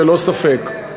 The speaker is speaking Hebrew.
פחות מ-5 מיליון, ללא ספק.